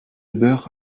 beurre